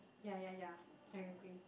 ya ya ya I agree